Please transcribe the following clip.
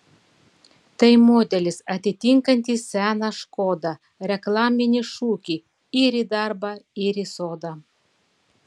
tai modelis atitinkantis seną škoda reklaminį šūkį ir į darbą ir į sodą